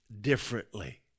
differently